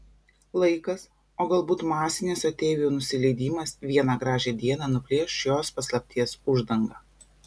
laikas o galbūt masinis ateivių nusileidimas vieną gražią dieną nuplėš šios paslapties uždangą